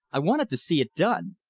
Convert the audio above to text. i wanted to see it done!